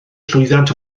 llwyddiant